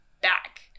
back